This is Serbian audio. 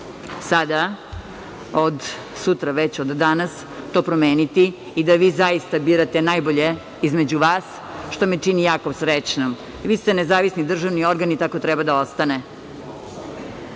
sada, od sutra već, od danas to promeniti i da vi zaista birate najbolje između vas, što me čini jako srećnom. Vis te nezavisni državni organ i tako treba da ostane. Idu